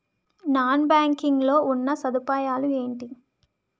Non banking లో ఉన్నా సదుపాయాలు ఎంటి?